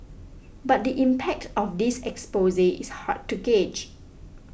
but the impact of this expose is hard to gauge